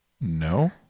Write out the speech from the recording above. No